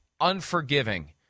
unforgiving